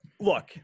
look